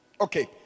Okay